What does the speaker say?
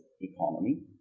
economy